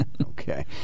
Okay